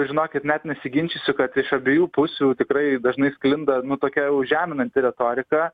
žinokit net nesiginčysiu kad iš abiejų pusių tikrai dažnai sklinda nu tokia jau žeminanti retorika